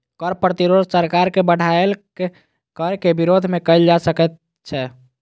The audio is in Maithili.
कर प्रतिरोध सरकार के बढ़ायल कर के विरोध मे कयल जा सकैत छै